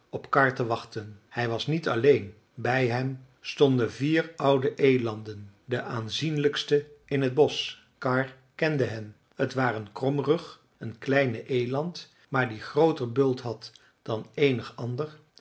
op karr te wachten hij was niet alleen bij hem stonden vier oude elanden de aanzienlijkste in t bosch karr kende hen t waren kromrug een kleine eland maar die grooter bult had dan eenig ander